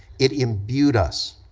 it imbued us